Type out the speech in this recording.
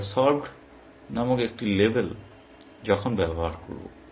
আমরা সলভড নামক একটি লেবেল যখন ব্যবহার করব